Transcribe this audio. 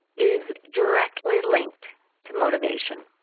is directly linked to motivation.